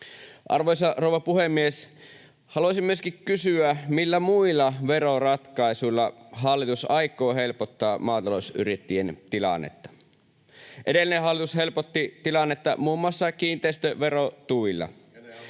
Arvoisa rouva puhemies! Haluaisin myöskin kysyä, millä muilla veroratkaisuilla hallitus aikoo helpottaa maatalousyrittäjien tilannetta. Edellinen hallitus helpotti tilannetta muun muassa kiinteistöverotuilla. [Petri